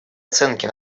оценки